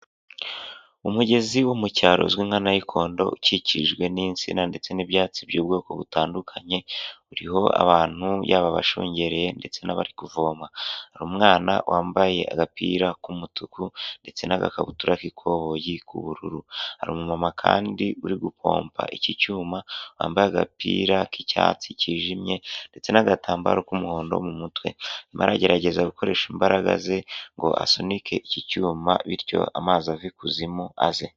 Umugezi wo mu cyaro uzwi nka Nayikondo, ukikijwe n'insina ndetse n'ibyatsi by'ubwoko butandukanye, uriho abantu yaba abashungereye ndetse n'abari kuvoma. Hari umwana wambaye agapira k'umutuku ndetse n'agakabutura k'ikoboyi k'ubururu, hari umumama kandi uri gupomba iki cyuma, wambaye agapira k'icyatsi cyijimye ndetse n'agatambaro k'umuhondo mu mutwe, arimo aragerageza gukoresha imbaraga ze ngo asunike iki cyuma bityo amazi ave ikuzimu aze.